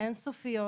האין-סופיות,